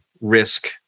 risk